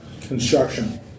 construction